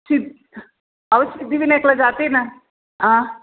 सिद अहो सिद्धिविनायकला जाते ना आं